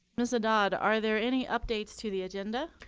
ms. adad are there any updates to the agenda?